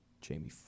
Jamie